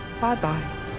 bye-bye